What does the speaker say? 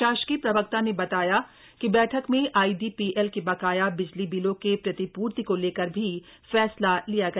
शासकीय प्रवक्ता ने बताया कि बैठक में आईडीपीएल के बकाया बिजली बिलों के प्रतिपूर्ति को लेकर भी फैसला लिया गया